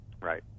Right